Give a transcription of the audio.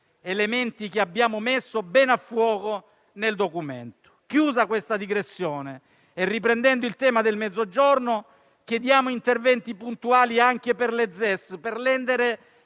(elementi che abbiamo messo bene a fuoco nel documento). Chiusa questa digressione e riprendendo il tema del Mezzogiorno, chiediamo interventi puntuali anche per le zone